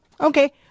Okay